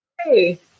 hey